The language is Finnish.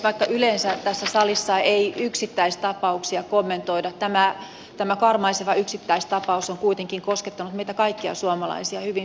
vaikka yleensä tässä salissa ei yksittäistapauksia kommentoida tämä karmaiseva yksittäistapaus on kuitenkin koskettanut meitä kaikkia suomalaisia hyvin syvästi